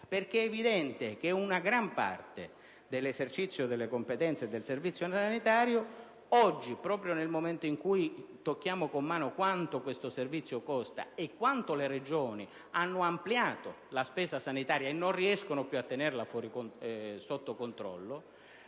È evidente che gran parte dell'esercizio delle competenze del Servizio sanitario nazionale oggi, proprio nel momento in cui tocchiamo con mano quanto costi questo servizio e quanto le Regioni abbiano ampliato la spesa sanitaria non riuscendo più a tenerla sotto controllo,